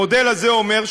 המודל הזה אומר,